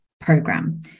program